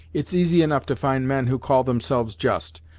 it's easy enough to find men who call themselves just,